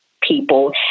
people